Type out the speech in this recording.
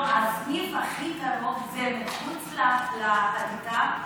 הסניף הכי קרוב זה מחוץ לעתיקה.